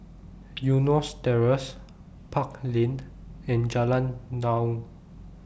Eunos Terrace Park Lane and Jalan Naung